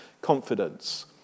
confidence